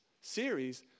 series